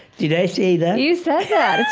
did i say that? you said yeah that. it's